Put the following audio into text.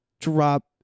drop